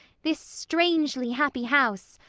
this strangely happy house,